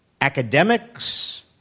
academics